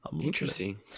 Interesting